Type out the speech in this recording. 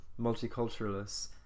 multiculturalists